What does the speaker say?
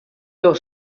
your